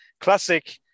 Classic